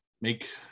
make